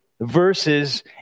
verses